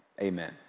Amen